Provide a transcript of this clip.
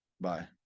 Bye